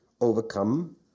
overcome